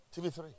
TV3